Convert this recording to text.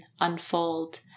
unfold